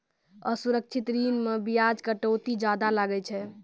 असुरक्षित ऋण मे बियाज कटौती जादा लागै छै